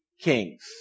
kings